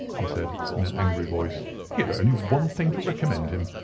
he said, in an angry voice he had only one thing to recommend him,